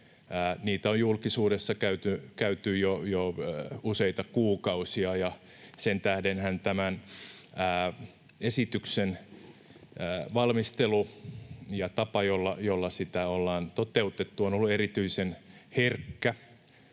Niitä on julkisuudessa käyty jo useita kuukausia, ja sen tähdenhän tämän esityksen valmistelu, tapa, jolla sitä ollaan toteutettu, on ollut erityisen herkkää,